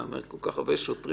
דרך חוקית.